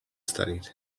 studies